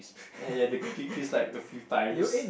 and ya the cookie crisp like a few times